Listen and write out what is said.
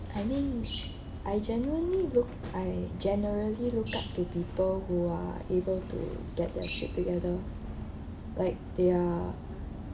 I mean I genuinely look I generally look up to people who are able to get their shit together like they're